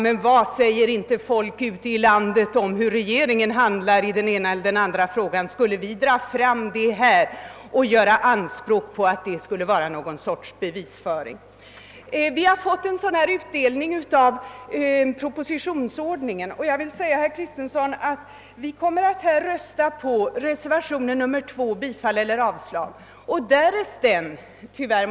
Men vad säger inte folk ute i landet om hur regeringen handlar i den ena eller andra frågan? Skulle vi dra fram sådant i riksdagen och göra anspråk på att det är något slags bevisföring? Det har skett en utdelning av vote Tingspropositionen och, herr Kristenson, vi kommer att rösta på reservation 2 som innebär avslag på Kungl. Maj:ts proposition såvitt avser tobaksbeskattningen.